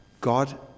God